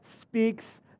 speaks